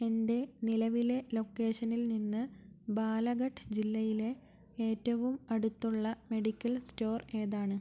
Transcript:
എന്റെ നിലവിലെ ലൊക്കേഷനിൽ നിന്ന് ബാലഘട്ട് ജില്ലയിലെ ഏറ്റവും അടുത്തുള്ള മെഡിക്കൽ സ്റ്റോർ ഏതാണ്